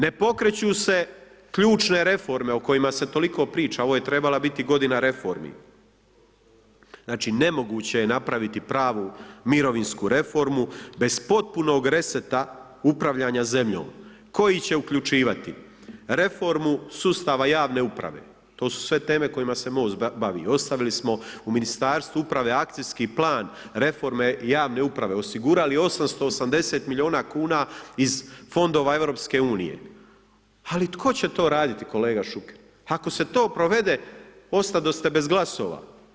Ne pokreću se ključne reforme o kojima se toliko priča, ovo je treba biti godina reformi, znači nemoguće je napraviti pravu mirovinsku reformu bez potpunog reseta upravljanja zemljom koji će uključivati, reformu sustava javne uprave, to su sve teme kojima se MOST bavi, ostavili smo u Ministarstvu uprave Akcijski plan reforme javne uprave, osigurali 880 miliona kuna iz fondova EU, ali tko će to raditi kolega Šuker, ako se to provede ostadoste bez glasova.